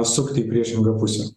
sukti į priešingą pusę